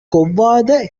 கொவ்வாத